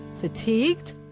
fatigued